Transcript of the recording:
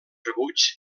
rebuig